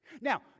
Now